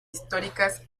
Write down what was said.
históricas